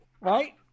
Right